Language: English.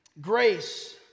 Grace